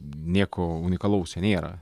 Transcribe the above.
nieko unikalaus čia nėra